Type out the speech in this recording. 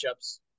matchups